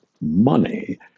money